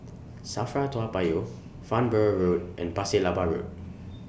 SAFRA Toa Payoh Farnborough Road and Pasir Laba Road